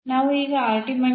ನಾವು 2 ಅನ್ನು ಪಡೆಯುತ್ತೇವೆ